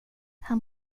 han